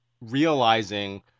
realizing